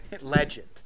Legend